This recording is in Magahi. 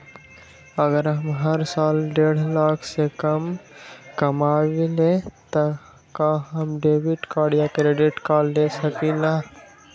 अगर हम हर साल डेढ़ लाख से कम कमावईले त का हम डेबिट कार्ड या क्रेडिट कार्ड ले सकली ह?